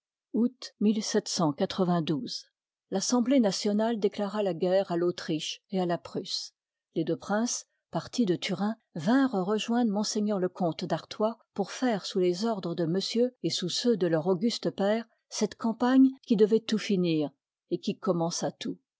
l'assemblée nationale déclara la guerre i yga à l'autriche et à la prusse les deux princes partis de turin tinrent rejoindre m le comte d'artois pour faire sous les ordres de monsieur et sous ceux de leur auguste père cette campagne qui de voit tout finir et qui commença tout